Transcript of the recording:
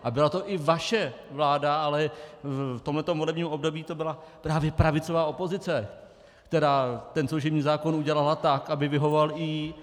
A byla to i vaše vláda, ale v tomhle volebním období to byla právě pravicová opozice, která služební zákon udělala tak, aby vyhovoval i jí.